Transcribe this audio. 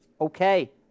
Okay